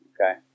Okay